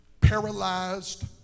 paralyzed